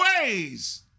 ways